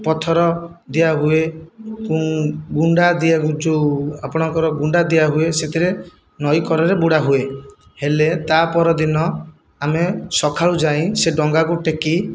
ପଥର ଦିଆ ହୁଏ ଗୁଣ୍ଡା ଦିଆ ଯେଉଁ ଆପଣଙ୍କର ଗୁଣ୍ଡା ଦିଆହୁଏ ସେଥିରେ ନଈ କଡ଼ରେ ବୁଡ଼ା ହୁଏ ହେଲେ ତା' ପର ଦିନ ଆମେ ସକାଳୁ ଯାଇ ସେ ଡଙ୍ଗାକୁ ଟେକି